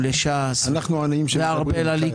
הצביעו ליהדות התורה, והצביעו לש"ס והרבה לליכוד.